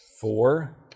four